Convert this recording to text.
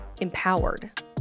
empowered